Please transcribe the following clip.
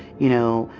you know,